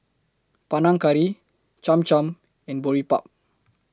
Panang Curry Cham Cham and Boribap